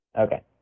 Okay